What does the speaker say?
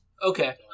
Okay